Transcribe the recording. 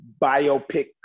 biopic